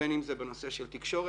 בין אם זה בנושא של תקשורת,